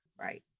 right